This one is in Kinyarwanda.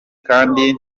kandi